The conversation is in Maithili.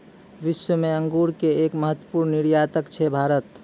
विश्व मॅ अंगूर के एक महत्वपूर्ण निर्यातक छै भारत